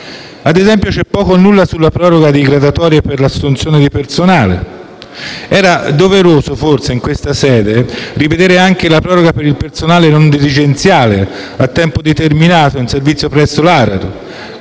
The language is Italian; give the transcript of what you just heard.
Ad esempio, c'è poco o nulla sulla proroga di graduatorie per l'assunzione di personale. Era doveroso, forse, in questa sede, rivedere anche la proroga per il personale non dirigenziale a tempo determinato in servizio presso l'ARERA.